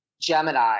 Gemini